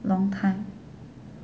long time